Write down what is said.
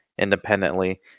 independently